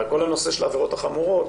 כל הנושא של העבירות החמורות